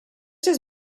his